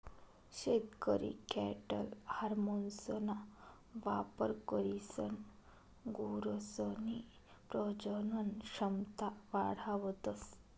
शेतकरी कॅटल हार्मोन्सना वापर करीसन गुरसनी प्रजनन क्षमता वाढावतस